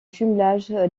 jumelage